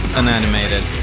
unanimated